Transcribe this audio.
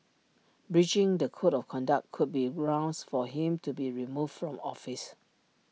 breaching the code of conduct could be grounds for him to be removed from office